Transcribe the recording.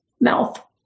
mouth